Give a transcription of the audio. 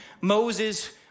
Moses